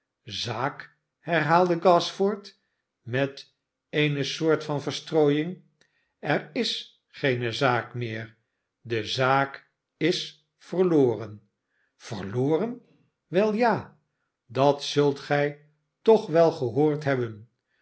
szaak herhaalde gashford met eene soort van verstrooiing ser isgeene zaak meer de zaak is verloren verloren wel ja dat zult gij toch wel gehoord hebben